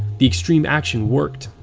the extreme action worked,